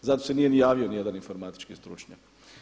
Zato se nije ni javio ni jedan informatički stručnjak.